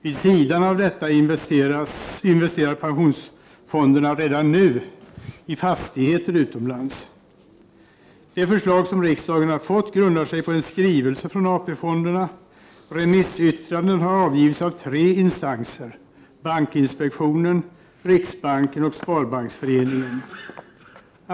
Vid sidan av detta investerar pensionsfonderna redan nu i fastigheter utomlands. Det förslag som riksdagen har fått grundar sig på en skrivelse från AP fonderna. Remissyttrande har avgivits av tre instanser: bankinspektionen, riksbanken och Svenska sparbanksföreningen.